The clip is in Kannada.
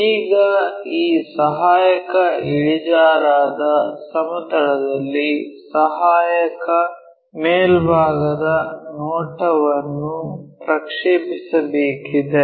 ಈಗ ಈ ಸಹಾಯಕ ಇಳಿಜಾರಾದ ಸಮತಲದಲ್ಲಿ ಸಹಾಯಕ ಮೇಲ್ಭಾಗದ ನೋಟವನ್ನು ಪ್ರಕ್ಷೇಪಿಸಬೇಕಾಗಿದೆ